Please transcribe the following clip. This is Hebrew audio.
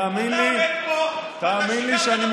תאמין לי,